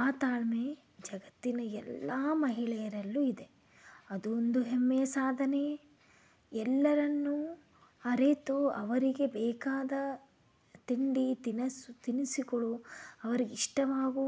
ಆ ತಾಳ್ಮೆ ಜಗತ್ತಿನ ಎಲ್ಲ ಮಹಿಳೆಯರಲ್ಲೂ ಇದೆ ಅದು ಒಂದು ಹೆಮ್ಮೆಯ ಸಾಧನೆಯೇ ಎಲ್ಲರನ್ನೂ ಅರಿತು ಅವರಿಗೆ ಬೇಕಾದ ತಿಂಡಿ ತಿನಿಸು ತಿನಿಸುಗಳು ಅವರಿಗಿಷ್ಟವಾಗೋ